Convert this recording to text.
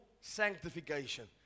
sanctification